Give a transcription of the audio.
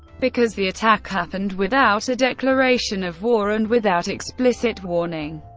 because the attack happened without a declaration of war and without explicit warning,